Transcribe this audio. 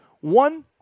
One